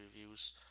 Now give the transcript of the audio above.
reviews